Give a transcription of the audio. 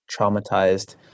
traumatized